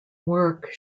work